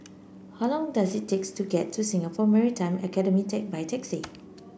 how long does it take to get to Singapore Maritime Academy by taxi